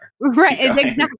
Right